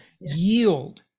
yield